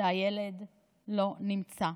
שהילד לא נמצא.